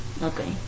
Okay